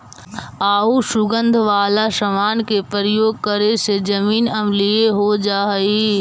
आउ सुगंध वाला समान के प्रयोग करे से जमीन अम्लीय हो जा हई